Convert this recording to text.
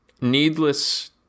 needless